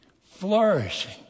flourishing